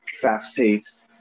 fast-paced